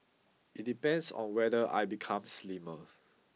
it depends on whether I become slimmer